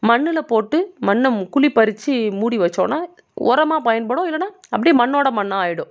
மண்ணில் போட்டு மண்ணை குழி பறிச்சு மூடி வச்சோம்னா ஒரமாக பயன்படும் இல்லைனா அப்படியே மண்ணோடு மண்ணாக ஆயிடும்